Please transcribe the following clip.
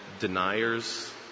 Deniers